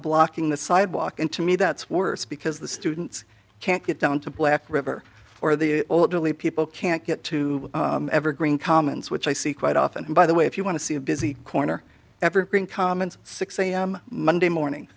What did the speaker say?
blocking the sidewalk and to me that's worse because the students can't get down to black river or the old delhi people can't get to evergreen commons which i see quite often by the way if you want to see a busy corner evergreen commons six a m monday morning